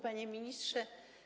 Panie Ministrze!